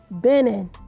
Benin